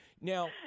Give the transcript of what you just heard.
Now